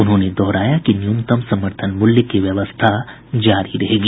उन्होंने दोहराया कि न्यूनतम समर्थन मूल्य की व्यवस्था जारी रहेगी